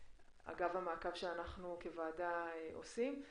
אגב המעקב שאנחנו כוועדה עושים.